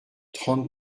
trente